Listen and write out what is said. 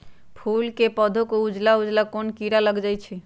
फूल के पौधा में उजला उजला कोन किरा लग जई छइ?